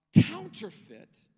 counterfeit